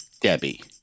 Debbie